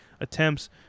attempts